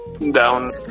Down